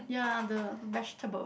ya the vegetable